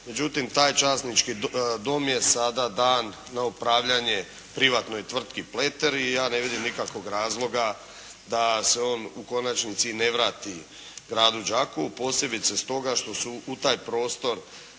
Međutim taj Časnički dom je sada dan na upravljanje privatnoj tvrtki Pleter i ja ne vidim nikakvog razloga da se on u konačnici i ne vrati Gradu Đakovu posebice stoga što su u taj prostor